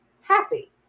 happy